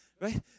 right